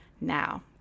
now